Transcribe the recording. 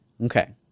Okay